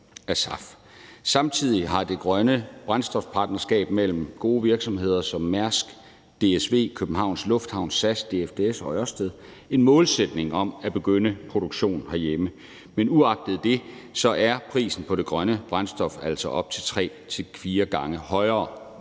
Samtidig har grønt brændstof-partnerskabet mellem gode virksomheder som Mærsk, DSV, Københavns Lufthavn, DFDS, SAS og Ørsted en målsætning om at påbegynde produktion herhjemme. Men uagtet det er prisen på det grønne brændstof altså op til tre-fire gange højere